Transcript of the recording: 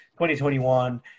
2021